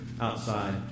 outside